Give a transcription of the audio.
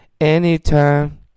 anytime